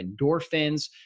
endorphins